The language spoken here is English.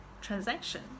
transaction